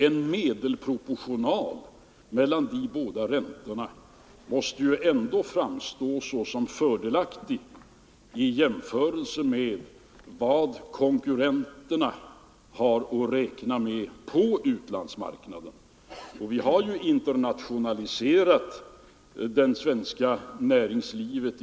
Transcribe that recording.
En medelproportional mellan de båda räntesatserna måste ändå framstå som fördelaktig i jämförelse med vad konkurrenterna på utlandsmarknaden har att räkna med. Vi har i hög grad internationaliserat det svenska näringslivet.